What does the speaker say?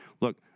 look